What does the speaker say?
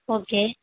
okay